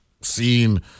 seen